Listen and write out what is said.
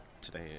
today